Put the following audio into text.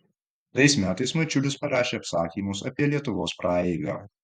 tais metais mačiulis parašė apsakymus apie lietuvos praeigą